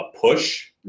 push